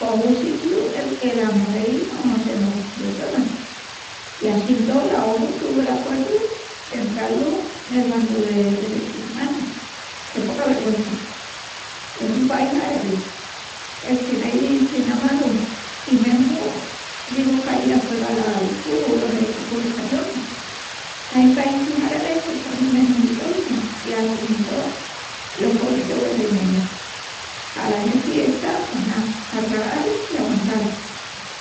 Pos un sitiu nel que las mugeris no semus pressonas. I assín tó la ONU tuvu l'acuerdu d'entrá-lus nel bandu de Derechus Umanus. Qué poca vergüença! Es un país arabi del que naidi izi ná malu i mesmu dimus pallí a juegal al fubu los equipus españolis. Ain paísis arabis que sonin menus misóginus i assín i tó los ponin de güelta i meya. I ala genti esta, pos ná, a tragal i aguantal.